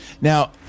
Now